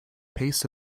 pace